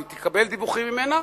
והיא תקבל דיווחים ממנה,